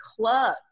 club